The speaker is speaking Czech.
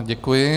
Děkuji.